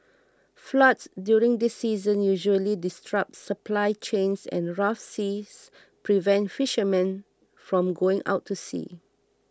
floods during this season usually disrupt supply chains and rough seas prevent fishermen from going out to sea